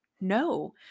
no